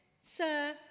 Sir